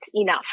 enough